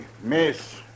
miss